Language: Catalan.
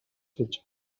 fetge